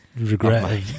regret